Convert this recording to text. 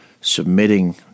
submitting